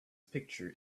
picture